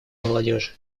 молодежи